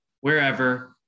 wherever